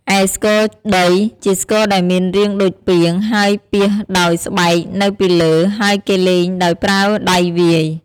ឯស្គរដី ជាស្គរដែលមានរាងដូចពាង ហើយពាសដោយស្បែកនៅពីលើ ហើយគេលេងដោយប្រើដៃវាយ។